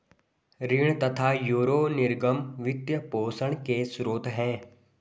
ऋण तथा यूरो निर्गम वित्त पोषण के स्रोत है